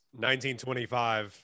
1925